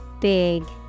Big